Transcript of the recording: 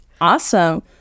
Awesome